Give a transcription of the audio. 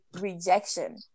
rejection